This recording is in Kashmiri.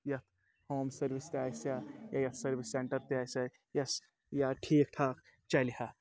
یَتھ ہوم سٔروِس تہِ آسہِ ہا یا یَتھ سٔروِس سٮ۪نٹَر تہِ آسہِ ہا یۄس یا ٹھیٖک ٹھاک چَلہِ ہا